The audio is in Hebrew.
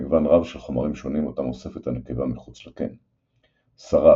מגוון רב של חומרים שונים אותם אוספת הנקבה מחוץ לקן – שרף,